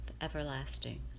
everlasting